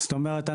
זאת אומרת,